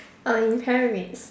uh inherent